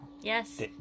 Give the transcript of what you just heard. Yes